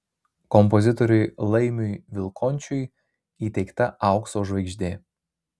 kompozitoriui laimiui vilkončiui įteikta aukso žvaigždė